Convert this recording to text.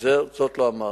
זאת לא אמרתי.